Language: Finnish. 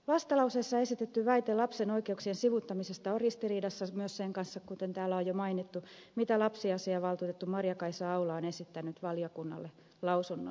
vastalauseessa esitetty väite lapsen oikeuksien sivuuttamisesta on ristiriidassa myös sen kanssa kuten täällä on jo mainittu mitä lapsiasiavaltuutettu maria kaisa aula on esittänyt valiokunnalle lausunnossaan